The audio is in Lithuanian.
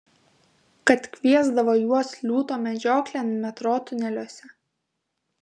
kad kviesdavo juos liūto medžioklėn metro tuneliuose